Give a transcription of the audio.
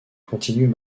continuent